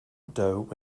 dough